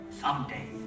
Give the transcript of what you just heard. someday